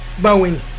Boeing